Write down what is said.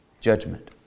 judgment